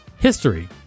History